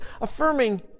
affirming